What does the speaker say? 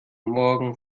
morgen